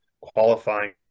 qualifying